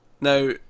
Now